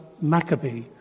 Maccabee